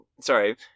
sorry